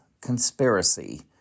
conspiracy